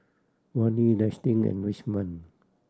Vannie Destin and Richmond